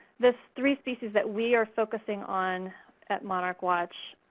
the three species that we are focusing on at monarch watch